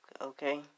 Okay